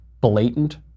blatant